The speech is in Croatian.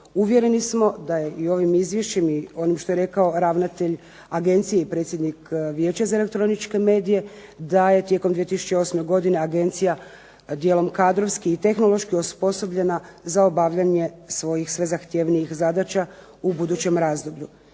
Uvjereni smo da je i ovim izvješćem i onim što je rekao ravnatelj agencije i predsjednik Vijeća za elektroničke medije da je tijekom 2008. godine Agencija dijelom kadrovski i tehnološki osposobljena za obavljanje svojih sve zahtjevnijih zadaća u budućem razdoblju.